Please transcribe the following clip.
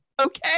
Okay